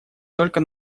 только